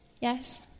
Yes